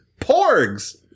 Porgs